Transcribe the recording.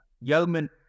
Yeoman